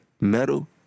metal